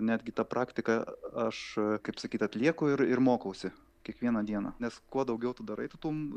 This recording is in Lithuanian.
netgi tą praktiką aš kaip sakyt atlieku ir ir mokausi kiekvieną dieną nes kuo daugiau tu darai tu tum